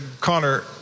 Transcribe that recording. Connor